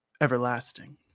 everlasting